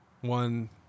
One